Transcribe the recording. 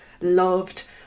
loved